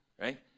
right